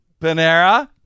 Panera